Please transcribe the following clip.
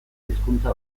hizkuntza